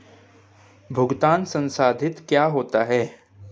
भुगतान संसाधित क्या होता है?